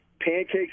pancakes